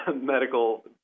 medical